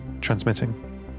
Transmitting